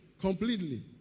completely